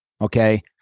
Okay